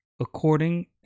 according